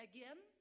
Again